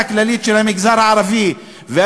כללית של המגזר הערבי ביום חמישי,